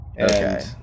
okay